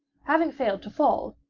having failed to fall,